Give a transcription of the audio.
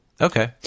Okay